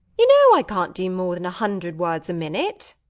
you know i can't do more than a hundred words a minute.